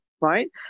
right